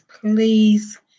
please